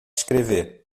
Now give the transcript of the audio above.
escrever